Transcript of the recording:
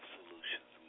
solutions